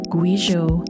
Guizhou